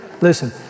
Listen